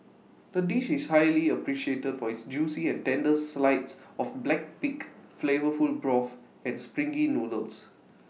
the dish is highly appreciated for its juicy and tender slides of black pig flavourful broth and springy noodles